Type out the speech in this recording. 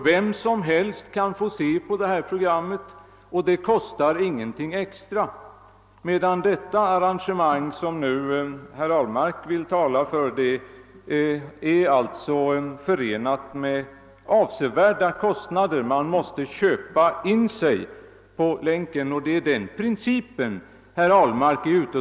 Vem som helst skulle få se programmet utan extra kostnad medan det arrangemang, som herr Ahlmark nu talat för, är förenat med avsevärda utgifter, eftersom man måste köpa sig rätten till länköverföringen. Det är denna princip som herr Ahlmark förespråkar.